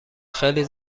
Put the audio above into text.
خیلی